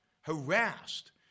harassed